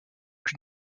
plus